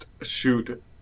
shoot